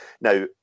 Now